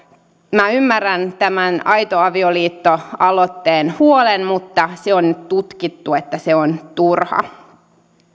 minä ymmärrän tämän aito avioliitto aloitteen huolen mutta se on nyt tutkittu että se on turha